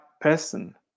person